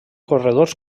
corredors